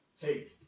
take